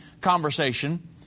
conversation